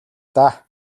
даа